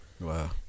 Wow